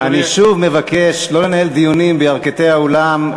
אדוני, אני שוב מבקש לא לנהל דיונים בירכתי האולם.